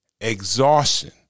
exhaustion